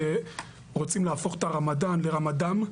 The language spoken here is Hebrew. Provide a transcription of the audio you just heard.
שרוצים להפוך את הרמדאן לרמדאם,